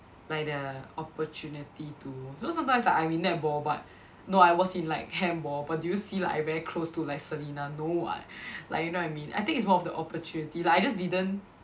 like the opportunity to so sometimes like I'm in netball but no I was in like handball but do you see like I very close to like Celina no [what] like you know what I mean I think is more of the opportunity like I just didn't